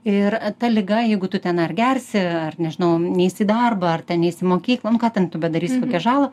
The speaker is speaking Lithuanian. ir ta liga jeigu tu ten ar gersi ar nežinau neisi į darbą ar ten neisi į mokyklą nu ką ten tu bedarysi kokią žalą